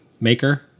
maker